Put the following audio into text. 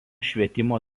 švietimo